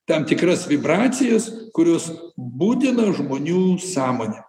tam tikras vibracijas kurios budina žmonių sąmonę